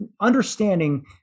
understanding